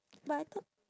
but I thought